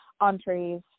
entrees